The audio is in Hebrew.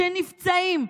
שנפצעים,